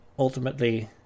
Ultimately